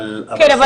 אבל --- כן,